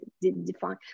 define